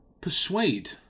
persuade